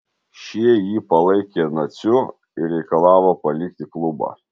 šie jį palaikė naciu ir reikalavo palikti klubą